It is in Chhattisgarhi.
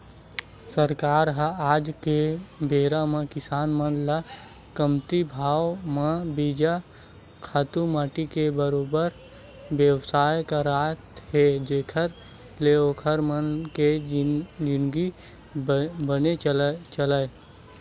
सरकार ह आज के बेरा म किसान मन ल कमती भाव म बीजा, खातू माटी के बरोबर बेवस्था करात हे जेखर ले ओखर मन के जिनगी बने चलय